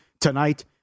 tonight